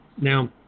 Now